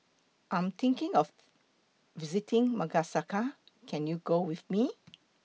I Am thinking of visiting Madagascar Can YOU Go with Me